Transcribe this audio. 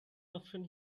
option